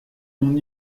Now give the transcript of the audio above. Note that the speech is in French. mon